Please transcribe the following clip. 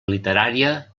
literària